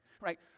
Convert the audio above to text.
Right